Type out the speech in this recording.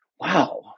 wow